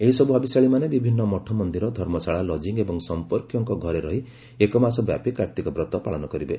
ଏହିସବୁ ହବିଷ୍ୟାଳିମାନେ ବିଭିନ୍ନ ମଠମନ୍ଦିର ଧର୍ମଶାଳା ଲଜିଂ ଏବଂ ସମ୍ମର୍କୀୟଙ୍କ ଘରେ ରହି ଏକମାସ ବ୍ୟାପି କାର୍ଭିକ ବ୍ରତ ପାଳନ କରିବେ